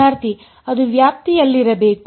ವಿದ್ಯಾರ್ಥಿ ಅದು ವ್ಯಾಪ್ತಿಯಲ್ಲಿರಬೇಕು